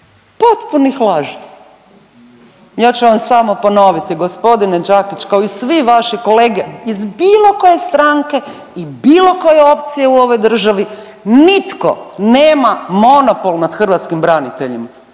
potpunih laži. Ja ću vam samo ponoviti gospodine Đakić kao i svi vaši kolege iz bilo koje stranke i bilo koje opcije u ovoj državi nitko nema monopol nad hrvatskim braniteljima.